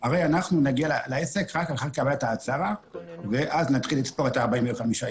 אנחנו הרי נגיע לעסק רק לאחר קבלת ההצהרה ואז נתחיל לספור את הימים.